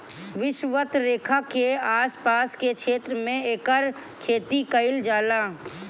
विषवत रेखा के आस पास के क्षेत्र में एकर खेती कईल जाला